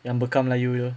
yang bekam melayu dia